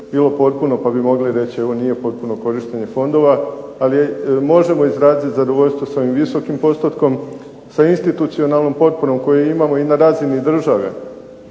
bilo potpuno pa bi moli reći evo nije potpuno korištenje fondova. Ali možemo izraziti zadovoljstvo sa ovim visokim postotkom, sa institucionalnom potporom koju imamo i na razini države